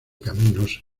caminos